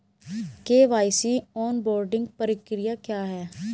KYC onboarding प्रक्रिया क्या है?